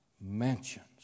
mansions